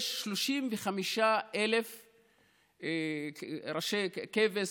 יש 35,000 ראשי כבש